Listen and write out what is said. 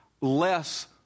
less